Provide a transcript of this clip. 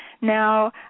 Now